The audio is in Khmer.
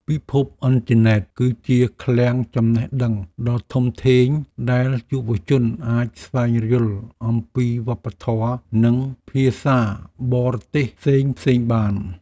ពិភពអ៊ីនធឺណិតគឺជាឃ្លាំងចំណេះដឹងដ៏ធំធេងដែលយុវជនអាចស្វែងយល់អំពីវប្បធម៌និងភាសាបរទេសផ្សេងៗបាន។